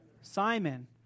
Simon